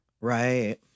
Right